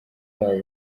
yabo